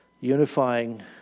unifying